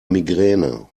migräne